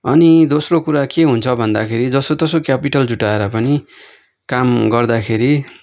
अनि दोस्रो कुरा के हुन्छ भन्दाखेरि जसोतसो क्यापिटल जुटाएर पनि काम गर्दाखेरि